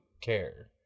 care